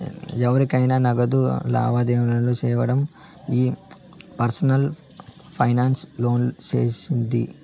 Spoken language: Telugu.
ఎవురికైనా నగదు లావాదేవీలు సేయడం ఈ పర్సనల్ ఫైనాన్స్ లోనే సేసేది